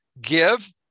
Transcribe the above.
Give